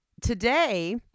today